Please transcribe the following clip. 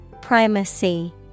Primacy